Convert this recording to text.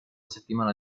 settimana